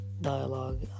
dialogue